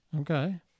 Okay